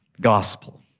gospel